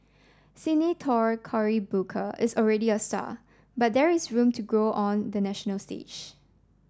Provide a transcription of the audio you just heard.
Senator Cory Booker is already a star but there is room to grow on the national stage